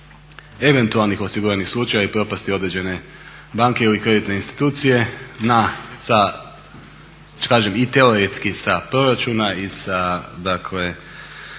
eventualnih osiguranih slučaja i propasti određene banke ili kreditne institucije i teoretski sa proračuna i sa dakle